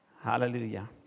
Hallelujah